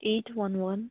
eight one one